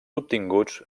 obtinguts